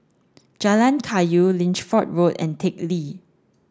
Jalan Kayu Lichfield Road and Teck Lee